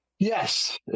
Yes